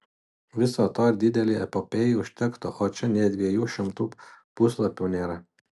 viso to ir didelei epopėjai užtektų o čia nė dviejų šimtų puslapių nėra